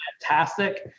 fantastic